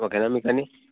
ఓకేనా మీకు అన్ని